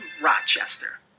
Rochester